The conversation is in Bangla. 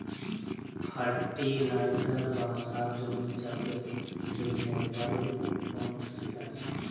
ফার্টিলাইজার বা সার জমির চাসের জন্হে একেবারে অনসীকার্য